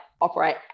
operate